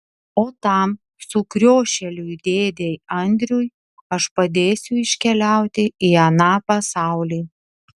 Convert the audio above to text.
o tam sukriošėliui dėdei andriui aš padėsiu iškeliauti į aną pasaulį